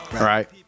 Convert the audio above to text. right